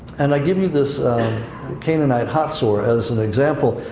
and i give you this canaanite hazor as an example.